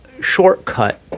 shortcut